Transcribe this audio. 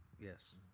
Yes